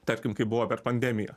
tarkim kaip buvo per pandemiją